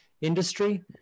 industry